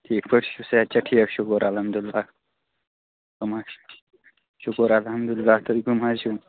ٹھیٖک پٲٹھۍ چھُ صحت چھا ٹھیٖک شُکُر الحمدُاللہ کٕم حظ شُکُر الحمدُاللہ تُہۍ کٕم حظ چھُو